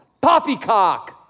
Poppycock